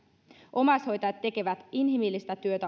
omaishoitajat tekevät inhimillistä työtä